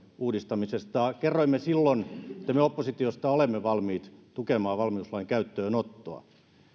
uudistamisesta kerroimme silloin että me oppositiosta olemme valmiit tukemaan valmiuslain käyttöönottoa